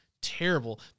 terrible